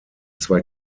zwei